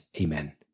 Amen